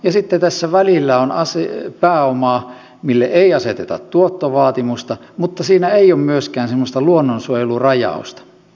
ja sitten tässä välillä on pääomaa mille ei aseteta tuottovaatimusta mutta siinä ei ole myöskään semmoista luonnonsuojelurajausta